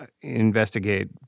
investigate